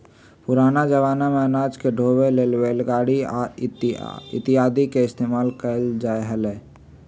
पुराना जमाना में अनाज के ढोवे ला बैलगाड़ी इत्यादि के इस्तेमाल कइल जा हलय